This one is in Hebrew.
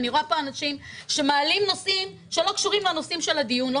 אני רואה פה אנשים שמעלים נושאים שלא קשורים לנושאים של הדיון לא